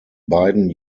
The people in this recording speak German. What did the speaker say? beiden